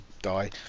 die